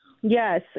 Yes